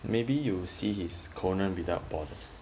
maybe you see his conan without borders